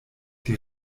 die